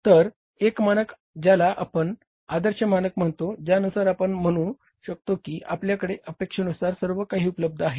तर एक मानक ज्याला आपण आदर्श मानक म्हणतो ज्यानुसार आपण म्हणू शकतो की आपल्याकडे अपेक्षेनुसार सर्व काही उपलब्ध आहे